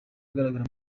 agaragara